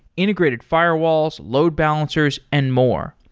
integrated firewalls, load balancers and more.